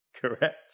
Correct